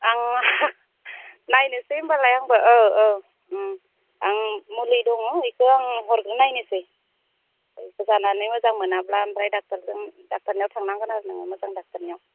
आंहा नायनोसै होनबालाय आंबो आं मुलि दङ बेखौ आं हरग्रोनायनोसै बेखौ जानानै मोजां मोनाब्ला ओमफ्राय डक्ट'रजों थांनांगोन आरो नों मोजां डक्ट'रनियाव